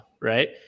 right